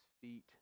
feet